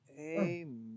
Amen